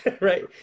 Right